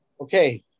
Okay